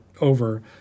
over